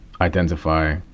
identify